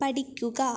പഠിക്കുക